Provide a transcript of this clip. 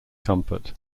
comfort